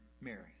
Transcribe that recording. mary